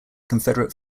confederate